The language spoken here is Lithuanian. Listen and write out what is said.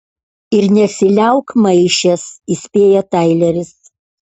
ir nesiliauk maišęs įspėja taileris